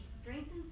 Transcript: strengthens